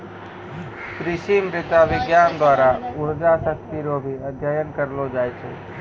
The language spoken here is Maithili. कृषि मृदा विज्ञान द्वारा उर्वरा शक्ति रो भी अध्ययन करलो जाय छै